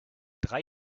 drei